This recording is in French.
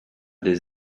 des